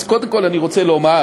קודם כול אני רוצה לומר,